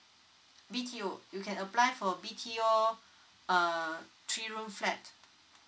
b q you can apply for b t all err three room flat